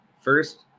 First